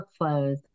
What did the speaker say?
workflows